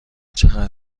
چقدر